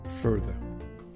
further